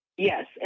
Yes